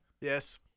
yes